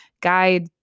guide